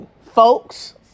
folks